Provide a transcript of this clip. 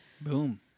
Boom